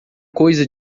coisa